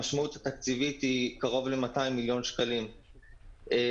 המשמעות התקציבית היא קרוב ל-200 מיליון שקלים במתווה